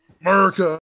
America